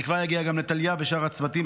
אני כבר אגיד גם לטליה ולשאר הצוותים,